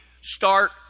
start